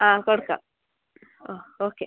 ആ കൊടുക്കാം ആ ഓക്കെ